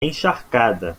encharcada